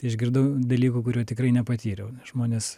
išgirdau dalykų kurių tikrai nepatyriau na žmonės